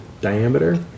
diameter